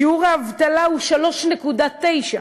שיעור האבטלה הוא 3.9%,